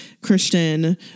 christian